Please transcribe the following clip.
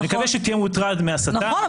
נקווה שהיא תהיה מוטרדת מהסתה --- נכון,